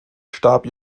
starb